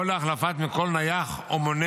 או להחלפת מכל נייח או מונה